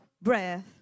breath